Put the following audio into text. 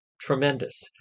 tremendous